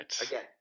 Again